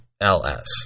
LS